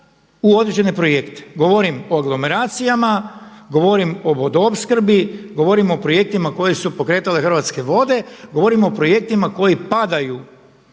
u određene projekte. Govorim o anglomeracijama, govorim o vodoopskrbi, govorim o projektima koje su pokretale Hrvatske vode, govorim o projektima koji padaju